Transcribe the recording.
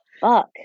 fuck